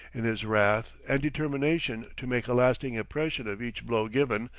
in his wrath and determination to make a lasting impression of each blow given,